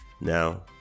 Now